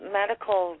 medical